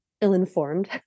ill-informed